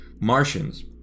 Martians